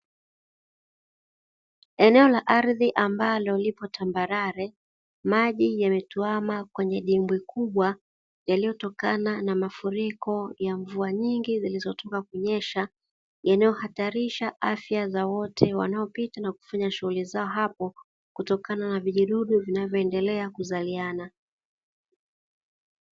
Eneo la ardhi ambalo lipo tambarare maji yametuama kwenye dimbwi kubwa yaliyotokana na mafuriko ya mvua nyingi zilizotoka kunyesha, yanayo hatarisha afya za wote wanaopita na kufanya shughuli zao hapo kutokana na vijidudu vinavyoendelea kuzaliana.